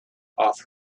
off